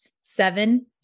seven